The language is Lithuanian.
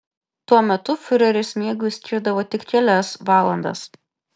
tuo metu fiureris miegui skirdavo tik kelias valandas